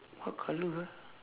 what colour ah